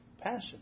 passion